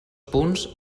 punts